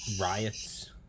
riots